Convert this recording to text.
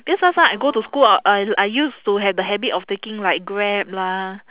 that's why last time I go to school uh I I used to have the habit of taking like Grab lah